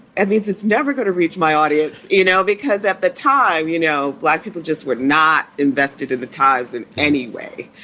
means it's never going to reach my audience, you know, because at the time, you know, black people just were not invested in the times in any way.